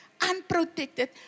unprotected